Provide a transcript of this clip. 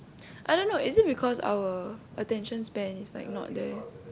I don't know is it because our attention span is like not there